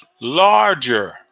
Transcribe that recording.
larger